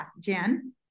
Jen